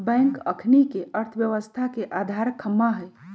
bank अखनिके अर्थव्यवस्था के अधार ख़म्हा हइ